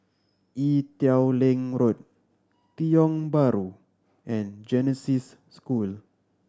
Ee Teow Leng Road Tiong Bahru and Genesis School